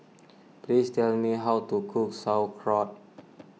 please tell me how to cook Sauerkraut